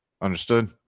Understood